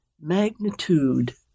magnitude